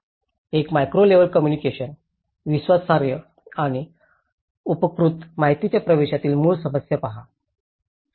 एक micro level communication विश्वासार्ह आणि उपयुक्त माहितीच्या प्रवेशातील मूळ समस्या पहा